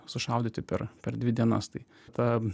sušaudyti per per dvi dienas tai ta